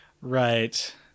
right